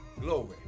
glory